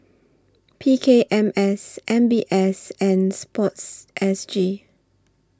P K M S M B S and Sports S G